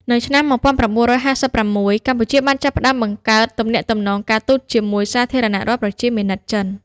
នៅឆ្នាំ ១៩៥៦ កម្ពុជាបានចាប់ផ្តើមបង្កើតទំនាក់ទំនងការទូតជាមួយសាធារណរដ្ឋប្រជាមានិតចិន។